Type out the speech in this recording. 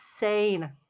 insane